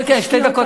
כן, כן, שתי דקות.